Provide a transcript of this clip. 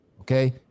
okay